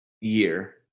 year